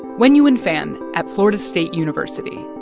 wenyuan fan at florida state university.